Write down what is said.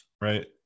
Right